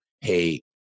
hey